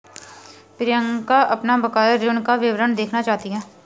प्रियंका अपना बकाया ऋण का विवरण देखना चाहती है